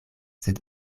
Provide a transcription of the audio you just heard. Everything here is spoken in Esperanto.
sed